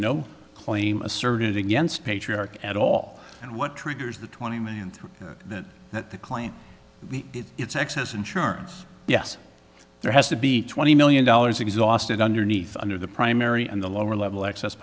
no claim asserted against patriarch at all and what triggers the twenty million through that that the client it's excess insurance yes there has to be twenty million dollars exhausted underneath under the primary and the lower level excess